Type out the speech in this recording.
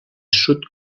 sud